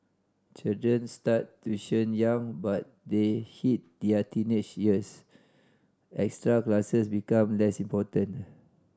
children start tuition young but they hit their teenage years extra classes become less important